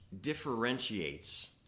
differentiates